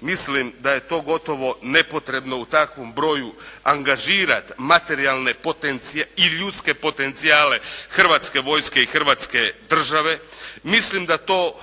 mislim da je to gotovo nepotrebno u takvom broju angažirati materijalne i ljudske potencijale Hrvatske vojske i Hrvatske države. Mislim da to